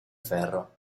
ferro